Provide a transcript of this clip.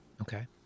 Okay